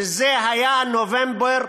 שזה היה נובמבר